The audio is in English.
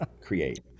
create